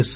yes